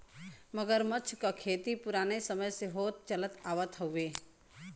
मगरमच्छ क खेती पुराने समय से होत चलत आवत हउवे